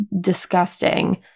disgusting